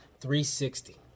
360